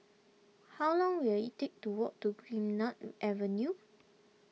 how long will it take to walk to green nod Avenue